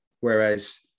Whereas